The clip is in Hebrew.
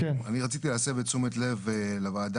אני רציתי להסב את תשומת לב הוועדה.